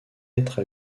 être